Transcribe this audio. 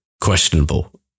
questionable